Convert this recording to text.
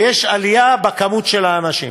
ויש עלייה במספר האנשים,